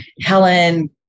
Helen